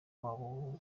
wabo